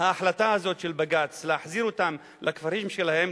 ההחלטה הזאת של בג"ץ להחזיר אותם לכפרים שלהם,